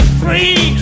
free